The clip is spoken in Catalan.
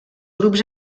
grups